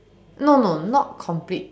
no no not complete